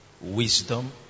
Wisdom